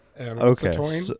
Okay